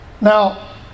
Now